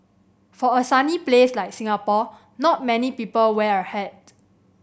for a sunny place like Singapore not many people wear a hat